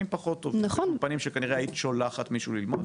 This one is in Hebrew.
פחות טובים; אולפנים שכנראה היית שולחת מישהו ללמוד,